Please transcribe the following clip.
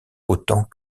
autant